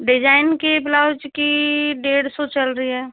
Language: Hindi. डिजाइन की ब्लाउज की डेढ़ सौ चल रही है